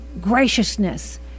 graciousness